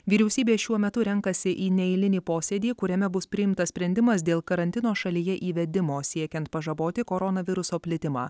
vyriausybė šiuo metu renkasi į neeilinį posėdį kuriame bus priimtas sprendimas dėl karantino šalyje įvedimo siekiant pažaboti koronaviruso plitimą